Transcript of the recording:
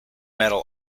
metal